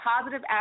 positive